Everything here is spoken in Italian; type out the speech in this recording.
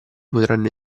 potranno